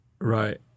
Right